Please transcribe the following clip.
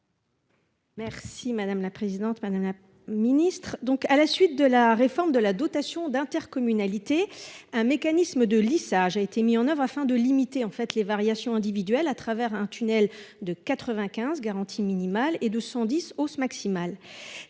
Merci madame la présidente, madame la Ministre, donc à la suite de la réforme de la dotation d'intercommunalité, un mécanisme de lissage, a été mis en oeuvre afin de limiter, en fait, les variations individuelles à travers un tunnel de 95 garantie minimale et de cent dix hausse maximale,